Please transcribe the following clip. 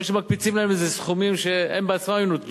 או שמקפיצים להם לסכומים שהם בעצמם היו נוטשים אותן.